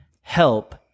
help